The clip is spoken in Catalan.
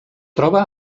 troba